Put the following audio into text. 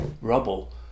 rubble